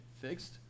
fixed